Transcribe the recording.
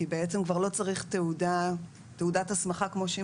כי בעצם כבר לא צריך תעודת הסמכה כמו שהיא